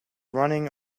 running